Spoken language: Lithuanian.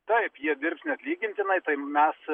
taip jie dirbs neatlygintinai tai mes